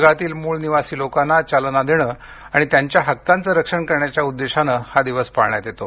जगातील मूळ निवासी लोकांना चालना देणे आणि त्यांच्या हक्कांचे रक्षण करण्याच्या उद्देशाने हा दिवस पाळण्यात येतो